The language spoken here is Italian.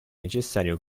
necessario